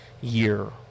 year